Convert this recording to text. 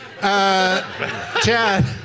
Chad